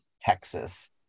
Texas